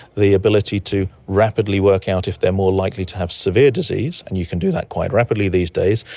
the ability to rapidly work out if they are more likely to have severe disease, and you can do that quite rapidly these days,